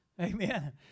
Amen